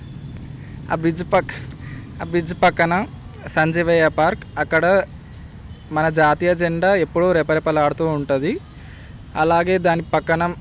ఆ బ్రిడ్జ్ ప్రక్క ఆ బ్రిడ్జ్ ప్రక్కన సంజీవయ్య పార్క్ అక్కడ మన జాతీయ జెండా ఎప్పుడూ రెపరెపలాడుతూ ఉంటుంది అలాగే దాని ప్రక్కన